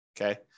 Okay